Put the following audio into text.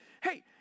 hey